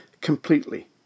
completely